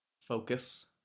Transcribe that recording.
focus